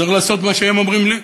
אז צריך לעשות מה שהם אומרים לי.